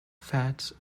fat